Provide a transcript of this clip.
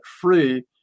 free